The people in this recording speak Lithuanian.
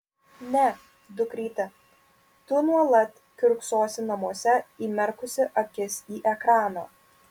ne dukryte tu nuolat kiurksosi namuose įmerkusi akis į ekraną